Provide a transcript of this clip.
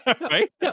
right